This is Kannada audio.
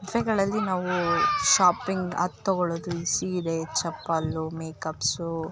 ಮದುವೆಗಳಲ್ಲಿ ನಾವು ಶಾಪಿಂಗ್ ಅದು ತಗೊಳ್ಳೋದು ಈ ಸೀರೆ ಚಪ್ಪಲ್ಲು ಮೇಕಪ್ಸು